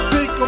Big